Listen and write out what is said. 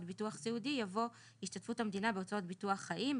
ביטוח סיעודי יבוא השתתפות המדינה בהוצאות ביטוח חיים,